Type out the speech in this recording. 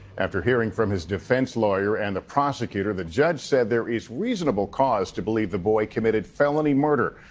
after hearing from his defense lawyer and the prosecutor, the judge said there is reasonable cause to believe the boy committed felony murder.